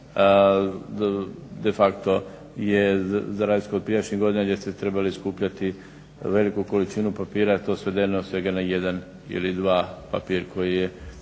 de facto za razliku od prijašnjih godina gdje ste trebali skupljati veliku količinu papira, to je svedeno svega na jedan ili dva papir koji je